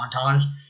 montage